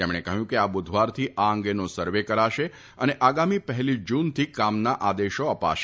તેમણે કહ્યું કે આ બુધવારથી આ અંગે સર્વે કરાશે અને આગામી પહેલી જૂનથી કામના આદેશો અપાશે